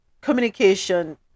communication